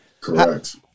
Correct